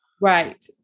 Right